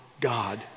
God